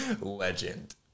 legend